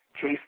chase